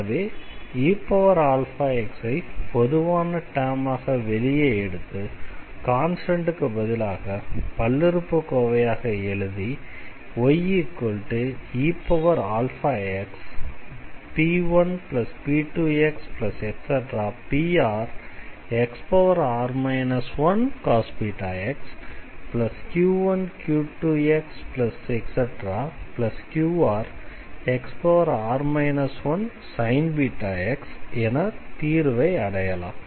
எனவே eαx ஐ பொதுவான டெர்மாக வெளியே எடுத்து கான்ஸ்டண்ட்க்கு பதிலாக பல்லுறுப்புக்கோவையாக எழுதி yeαxp1p2xprxr 1cos βx q1q2xqrxr 1sin βx என தீர்வை அடையலாம்